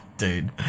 Dude